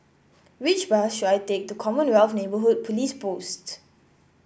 which bus should I take to Commonwealth Neighbourhood Police Post